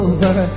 Over